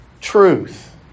truth